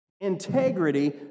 integrity